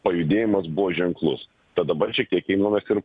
pajudėjimas buvo ženklus tad dabar šiek tiek imamės ir